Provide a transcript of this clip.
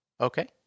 Okay